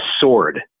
sword